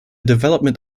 development